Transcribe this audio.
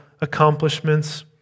accomplishments